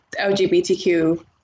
lgbtq